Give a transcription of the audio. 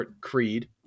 Creed